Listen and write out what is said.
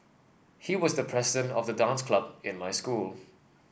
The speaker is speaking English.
he was the president of the dance club in my school